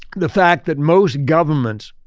the fact that most governments,